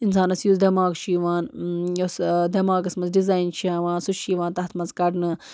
اِنسانَس یُس دٮ۪ماغ چھُ یِوان یۄس دٮ۪ماغَس منٛز ڈِزایِن چھےٚ یَوان سُہ چھِ یِوان تَتھ منٛز کَڑنہٕ